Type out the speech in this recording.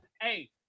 Hey